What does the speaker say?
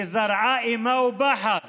וזרעה אימה ופחד